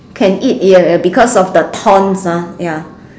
can eat ya because of the thorns ah ya